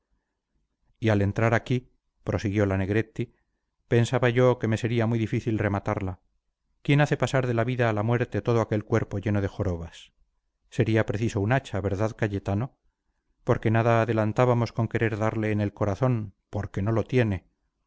y al entrar aquí prosiguió la negretti pensaba yo que me sería muy difícil rematarla quién hace pasar de la vida a la muerte todo aquel cuerpo lleno de jorobas sería preciso un hacha verdad cayetano porque nada adelantábamos con querer darle en el corazón porque no lo tiene